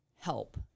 help